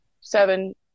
seven